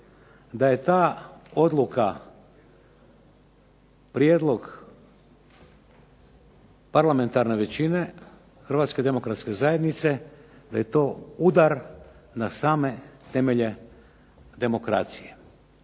da je ta odluka prijedlog parlamentarne većine Hrvatske demokratske zajednice, da je to udar na same temelje demokracije,